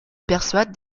persuade